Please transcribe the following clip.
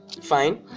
fine